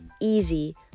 easy